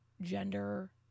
gender